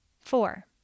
Four